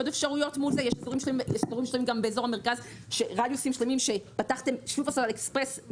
יש רדיוסים שלמים גם באזור המרכז שפתחתם שופרסל אקספרס,